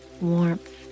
Warmth